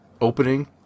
opening